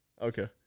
Okay